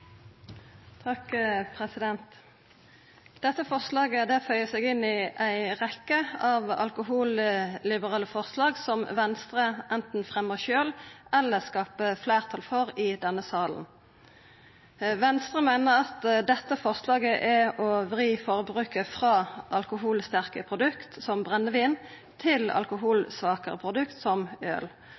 Dette forslaget føyer seg inn i ei rekkje av alkoholliberale forslag som Venstre anten fremjar sjølv eller skapar fleirtal for i denne salen. Venstre meiner at dette forslaget er å vri forbruket frå alkoholsterke produkt som brennevin til alkoholsvakare produkt som øl,